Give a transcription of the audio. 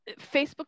Facebook